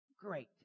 great